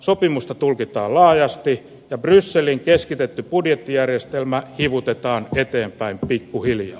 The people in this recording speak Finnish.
sopimusta tulkitaan laajasti ja brysseliin keskitetty budjettijärjestelmä hivutetaan eteenpäin pikkuhiljaa